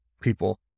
people